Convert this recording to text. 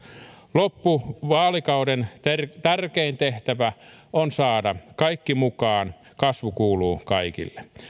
loppuvaalikauden tärkein tehtävä on saada kaikki mukaan kasvu kuuluu kaikille